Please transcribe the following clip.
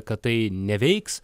kad tai neveiks